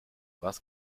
was